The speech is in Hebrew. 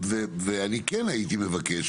אני כן הייתי מבקש,